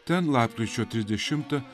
ten lapkričio trisdešimtą